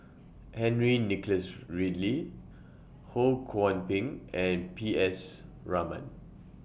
Henry Nicholas Ridley Ho Kwon Ping and P S Raman